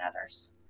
others